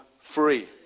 free